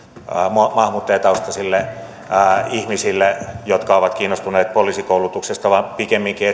maahanmuuttajataustaisille ihmisille jotka ovat kiinnostuneet poliisikoulutuksesta vaan pikemminkin